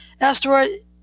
Asteroid